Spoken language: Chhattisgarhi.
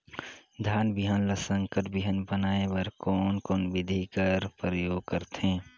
धान बिहान ल संकर बिहान बनाय बर कोन कोन बिधी कर प्रयोग करथे?